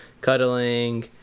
cuddling